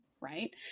right